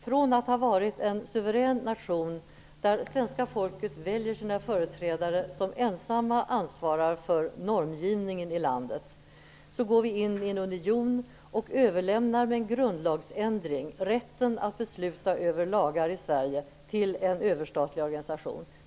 Från att ha varit en suverän nation, där svenska folket väljer sina företrädare som ensamma ansvarar för normgivningen i landet, går vi in i en union och överlämnar med en grundlagsändring rätten att besluta över lagar i Sverige till en överstatlig organisation.